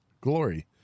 glory